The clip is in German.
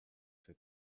für